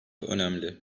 önemli